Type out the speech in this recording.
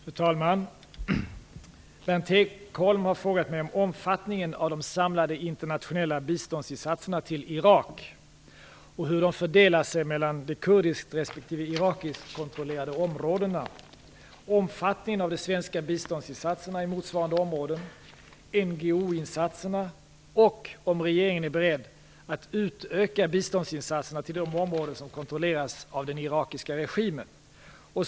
Fru talman! Berndt Ekholm har frågat mig om omfattningen av de samlade internationella biståndsinsatserna till Irak och hur de fördelar sig mellan de kurdiskt respektive irakiskt kontrollerade områdena, omfattningen av de svenska biståndsinsatserna i motsvarande områden, NGO-insatserna och om regeringen är beredd att utöka biståndsinsatserna till de områden som kontrolleras av den irakiska regimen.